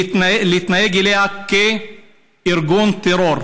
להתנהג אליה כאל ארגון טרור.